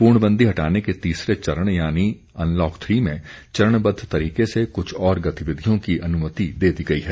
पूर्णबंदी हटाने के तीसरे चरण यानी अनलॉक थ्री में चरणबद्व तरीके से कुछ और गतिविधियों की अनुमति दे दी गयी है